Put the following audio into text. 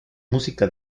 música